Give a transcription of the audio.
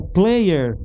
player